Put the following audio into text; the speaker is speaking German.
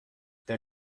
der